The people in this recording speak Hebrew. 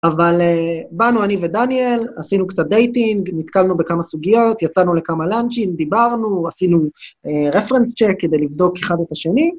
אבל באנו, אני ודניאל, עשינו קצת דייטינג, נתקלנו בכמה סוגיות, יצאנו לכמה לאנצ'ים, דיברנו, עשינו רפרנס צ'ק כדי לבדוק אחד את השני.